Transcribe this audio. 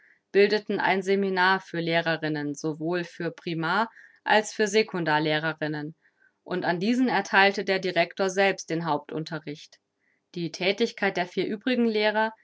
bildeten ein seminar für lehrerinnen sowohl für primar als für sekundar lehrerinnen und an diesen ertheilte der director selbst den hauptunterricht die thätigkeit der vier übrigen lehrer